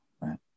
right